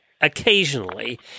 occasionally